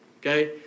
okay